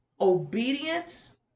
obedience